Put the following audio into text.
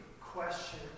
question